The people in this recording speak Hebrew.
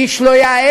איש לא יעז